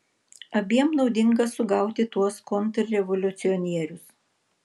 abiem naudinga sugauti tuos kontrrevoliucionierius